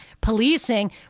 policing